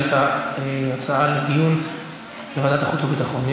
את ההצעות לדיון בוועדת החוץ והביטחון.